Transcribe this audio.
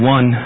One